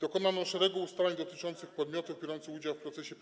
Dokonano szeregu ustaleń dotyczących podmiotów biorących udział w procesie